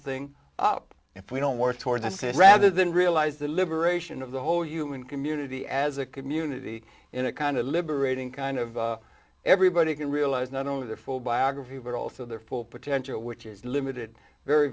thing up if we don't work toward the city rather than realize the liberation of the whole human community as a community in a kind of liberating kind of everybody can realize not only their full biography but also their full potential which is limited very